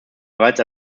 bereits